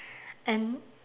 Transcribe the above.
and